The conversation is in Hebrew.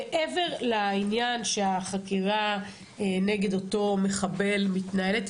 מעבר לעניין שהחקירה נגד אותו מחבל מתנהלת,